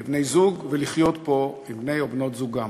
לבני-זוג, ולחיות פה עם בני או בנות זוגם.